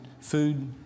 food